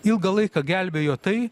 ilgą laiką gelbėjo tai